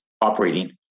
operating